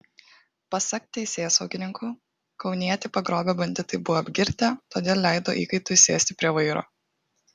pasak teisėsaugininkų kaunietį pagrobę banditai buvo apgirtę todėl leido įkaitui sėsti prie vairo